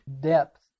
depth